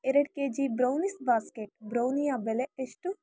ಎರಡು K G brownies basket ಬ್ರೌನಿಯ ಬೆಲೆ ಎಷ್ಟು